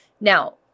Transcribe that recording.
Now